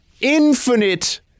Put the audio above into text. infinite